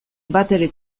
batere